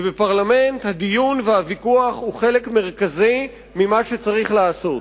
ובפרלמנט הדיון והוויכוח הוא חלק מרכזי ממה שצריך לעשות.